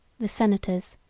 the senators,